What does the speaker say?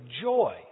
joy